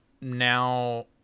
now